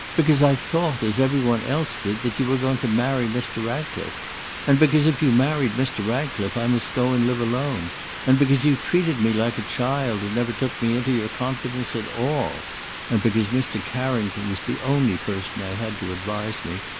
because i thought, as every one else did, that you were going to marry mr. ratcliffe and because if you married mr. ratcliffe, i must go and live alone and because you treated me like a child, and never took me into your confidence at all and because mr. carrington was the only person i had to advise me,